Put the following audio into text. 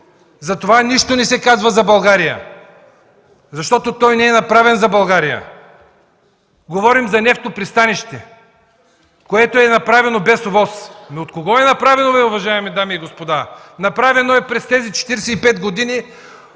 Затова нищо не се казва за България. Защото той не е направен за България! Говорим за нефтопристанище, което е направено без ОВОС. От кого е направено, уважаеми дами и господа?! Направено е през тези 45 години